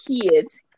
kids